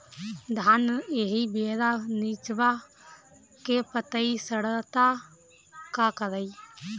धान एही बेरा निचवा के पतयी सड़ता का करी?